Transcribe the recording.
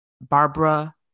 Barbara